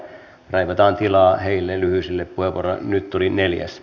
raivataan tilaa heille lyhyille puheenvuoroille nyt tuli neljäs